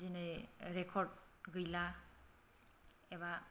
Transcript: दिनै रेकर्ड गैला एबा